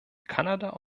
kanada